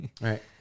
right